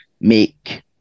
make